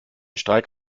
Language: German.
streik